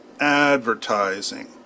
advertising